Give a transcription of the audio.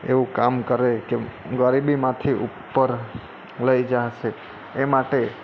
એવું કામ કરે કે ગરીબીમાંથી ઉપર લઈ જશે એ માટે